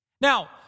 Now